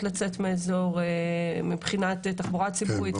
לצאת מהאזור מבחינת תחבורה ציבורית,